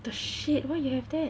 the shit why you have that